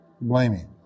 blaming